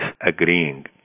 agreeing